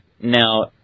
Now